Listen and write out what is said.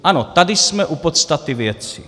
Ano, tady jsme u podstaty věci.